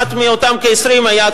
אחד מאותם כ-20 היה,